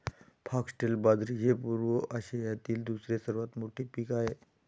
foxtail बाजरी हे पूर्व आशियातील दुसरे सर्वात मोठे पीक आहे